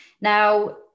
Now